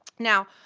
now,